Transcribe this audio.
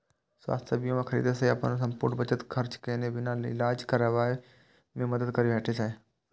स्वास्थ्य बीमा खरीदै सं अपन संपूर्ण बचत खर्च केने बिना इलाज कराबै मे मदति भेटै छै